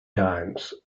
times